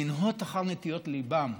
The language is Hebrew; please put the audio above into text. לנהות אחר נטיות ליבם,